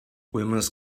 wilma’s